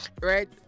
right